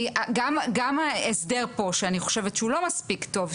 גם הסדר פה שאני חושבת שהוא לא מספיק טוב,